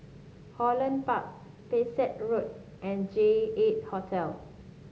Holland Park Pesek Road and J eight Hotel